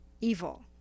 evil